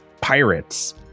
pirates